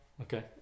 Okay